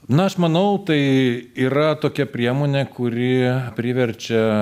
na aš manau tai yra tokia priemonė kuri priverčia